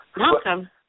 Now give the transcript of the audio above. welcome